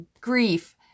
grief